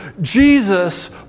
Jesus